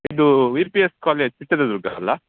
ಇದು V P S college Chitradurga ಅಲ್ಲಾ